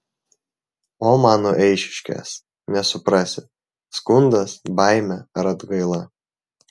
o mano eišiškės nesuprasi skundas baimė ar atgaila